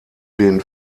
den